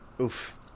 Oof